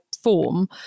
form